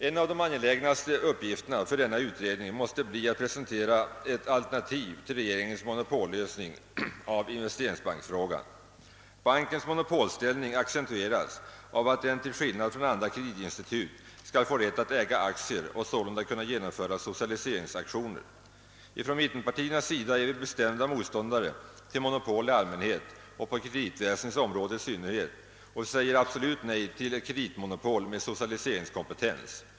En av de angelägnaste uppgifterna för denna utredning måste bli att presentera ett alternativ till regeringens monopollösning av investeringsbankfrågan. Bankens monopolställning accentueras av att den till skillnad från andra kreditinstitut skall få rätt att äga aktier och sålunda kunna genomföra socialiseringsaktioner. Ifrån mittenpartiernas sida är vi bestämda motståndare till monopol i allmänhet och på kreditväsendets område i synnerhet. Vi säger absolut nej till ett kreditmonopol med socialiseringskompetens.